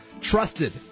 trusted